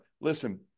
Listen